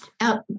out